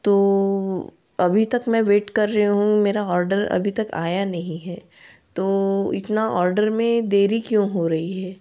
तो अभी तक मैं वेट कर रही हूँ मेरा आर्डर अभी तक आया नहीं है तो इतना ऑर्डर में देरी क्यों हो रही है